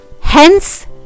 hence